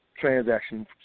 transaction